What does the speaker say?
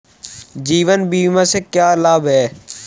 जीवन बीमा से क्या लाभ हैं?